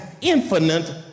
infinite